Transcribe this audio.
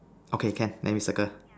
okay can then we circle